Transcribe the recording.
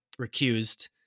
recused